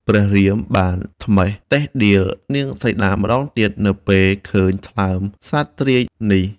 ព្រះរាមបានត្មះតិលដៀលនាងសីតាម្តងទៀត នៅពេលឃើញថ្លើមសត្វទ្រាយនេះ ។